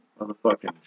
Motherfucking